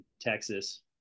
texas